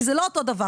כי זה לא אותו דבר.